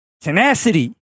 tenacity